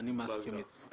אני מסכים איתך.